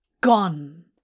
gone